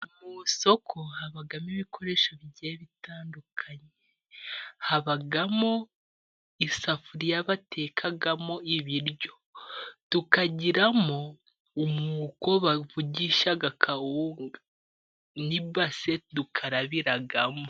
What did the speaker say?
Mu isoko habamo ibikoresho bigiye bitandukanye. Habamo isafuriya batekamo ibiryo. Tukagiramo umwuko bavugisha kawunga. N'ibase dukarabiramo.